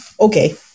Okay